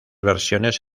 versiones